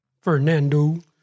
Fernando